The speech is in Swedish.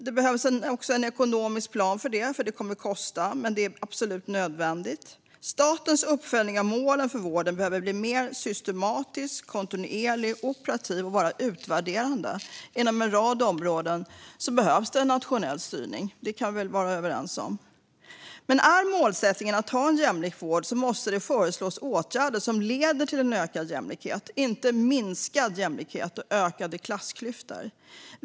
Det behövs också en ekonomisk plan för det eftersom det kommer att kosta, men det är absolut nödvändigt. Statens uppföljning av målen för vården behöver bli mer systematisk, kontinuerlig och operativ och vara utvärderande. Inom en rad områden behövs det en nationell styrning. Det kan vi väl vara överens om? Men är målsättningen att ha en jämlik vård måste det föreslås åtgärder som leder till en ökad jämlikhet, inte minskad jämlikhet och ökade klassklyftor.